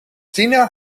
tiener